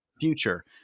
future